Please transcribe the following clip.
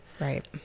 Right